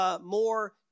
more